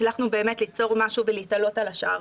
הצלחנו באמת ליצור משהו ולהתעלות על השאר.